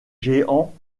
géants